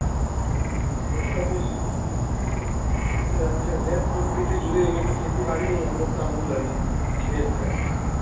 हाँ सभी तो अब ये लैंड प्रॉपर्टी से जुड़े हुए हैं तो खेती बारी ही हम लोग का मूल अभी बिज़नेस है